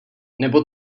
nebo